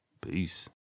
Peace